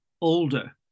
older